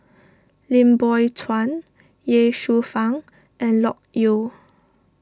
Lim Biow Chuan Ye Shufang and Loke Yew